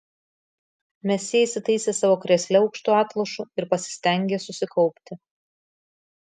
mesjė įsitaisė savo krėsle aukštu atlošu ir pasistengė susikaupti